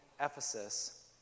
Ephesus